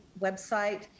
website